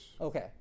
Okay